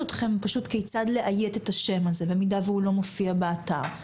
אתכם פשוט כיצד לאיית את השם הזה במידה שהוא לא מופיע באתר.